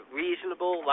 reasonable